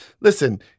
Listen